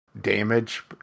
damage